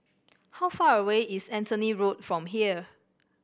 how far away is Anthony Road from here